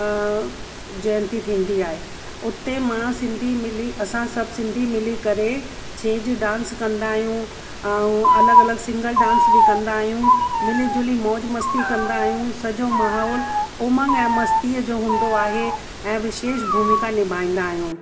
जयंती थींदी आहे उते मां सिंधी मिली असां सभु सिंधी मिली करे छेॼ डांस कंदा आहियूं ऐं अलॻि अलॻि सिंगल डांस बि कंदा आहियूं मिली झुली मौजु मस्ती कंदा आहियूं सॼो माहोल उमंग ऐं मस्तीअ जो हूंदो आहे ऐं विशेष भूमिका निभाईंदा आहियूं